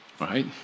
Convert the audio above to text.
right